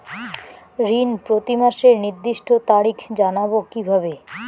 ঋণ প্রতিমাসের নির্দিষ্ট তারিখ জানবো কিভাবে?